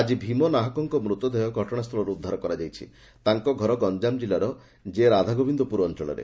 ଆକି ଭୀମ ନାହାକଙ୍କ ମୃତଦେହ ଘଟଣାସ୍ଥଳରୁ ଉଦ୍ଧାର କରାଯାଇଛି ତାଙ୍କ ଘର ଗଞ୍ଠାମ ଜିଲ୍ଲାର ଜେରାଧାଗୋବିନ୍ଦପୁର ଅଞ୍ଚଳରେ